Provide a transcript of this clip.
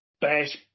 bash